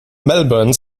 melbourne